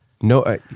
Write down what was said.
no